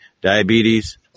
diabetes